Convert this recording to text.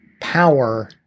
power